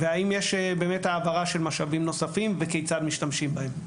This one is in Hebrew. והאם יש באמת העברה של משאבים נוספים וכיצד משתמשים בהם.